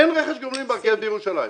אין רכש גומלין ברכבת בירושלים.